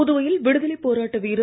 புதுவையில் விடுதலைப் போராட்ட வீரர்